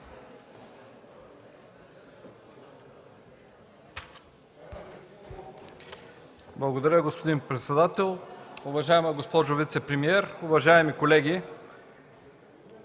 Благодаря, господин председател. Уважаема госпожо вицепремиер, уважаеми колеги!